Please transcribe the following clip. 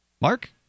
Mark